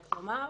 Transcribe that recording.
יש לומר.